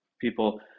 People